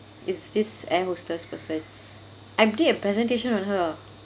it's this air hostess person I did a presentation on her